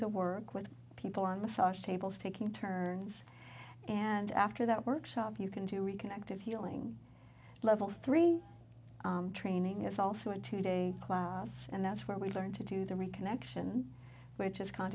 the work with people on the soft tables taking turns and after that workshop you can to reconnect and healing levels three training is also a two day class and that's where we learn to do the reconnection which is kind